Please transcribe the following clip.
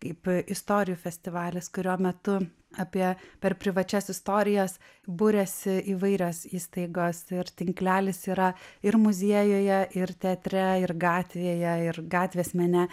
kaip istorijų festivalis kurio metu apie per privačias istorijas buriasi įvairios įstaigos ir tinklelis yra ir muziejuje ir teatre ir gatvėje ir gatvės mene